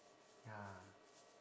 ya